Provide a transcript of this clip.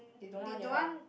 they don't want your help